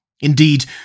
Indeed